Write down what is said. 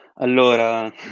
Allora